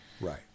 right